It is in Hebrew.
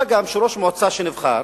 מה גם שראש מועצה שנבחר